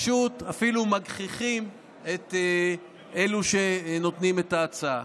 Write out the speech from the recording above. אפילו פשוט מגחיכים את אלה שנותנים את ההצעה.